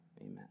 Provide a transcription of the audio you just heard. amen